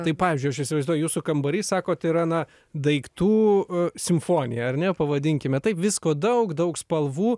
tai pavyzdžiui aš įsivaizduoju jūsų kambarys sakot yra na daiktų simfonija ar ne pavadinkime taip visko daug daug spalvų